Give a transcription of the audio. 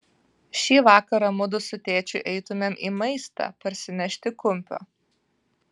šį vakarą mudu su tėčiu eitumėm į maistą parsinešti kumpio